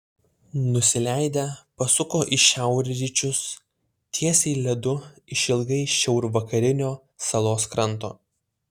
nusileidę pasuko į šiaurryčius tiesiai ledu išilgai šiaurvakarinio salos kranto